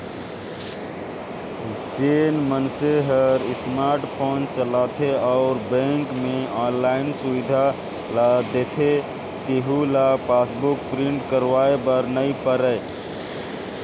जेन मइनसे हर स्मार्ट फोन चलाथे अउ बेंक मे आनलाईन सुबिधा ल देथे तेहू ल पासबुक प्रिंट करवाये बर नई परे